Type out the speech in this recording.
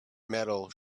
metal